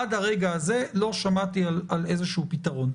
עד הרגע הזה לא שמעתי על איזשהו פתרון,